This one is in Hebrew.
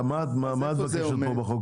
מה מהות החוק?